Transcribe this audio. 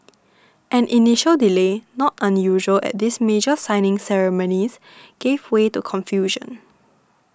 an initial delay not unusual at these major signing ceremonies gave way to confusion